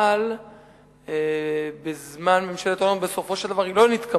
אבל בזמן ממשלת אולמרט בסופו של דבר היא לא נתקבלה,